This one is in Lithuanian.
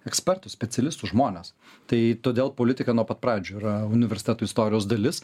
ekspertų specialistų žmones tai todėl politika nuo pat pradžių yra universiteto istorijos dalis